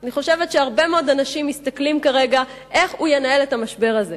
אני חושבת שהרבה מאוד אנשים מסתכלים כרגע איך הוא ינהל את המשבר הזה.